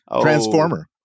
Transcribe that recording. transformer